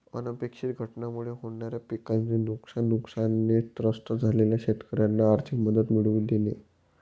अनपेक्षित घटनांमुळे होणाऱ्या पिकाचे नुकसान, नुकसानाने त्रस्त झालेल्या शेतकऱ्यांना आर्थिक मदत मिळवून देणे